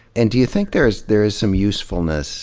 and do you think there is, there is some usefulness